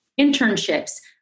internships